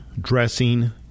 dressing